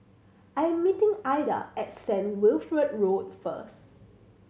I am meeting Aida at Saint Wilfred Road first